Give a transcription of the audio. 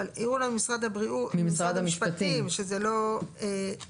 אבל העירו לנו ממשרד המשפטים שזה לא בסדר.